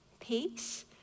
peace